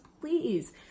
please